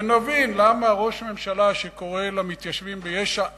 ונבין למה ראש הממשלה שקורא למתיישבים ביש"ע "אחי",